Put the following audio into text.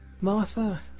Martha